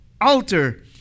alter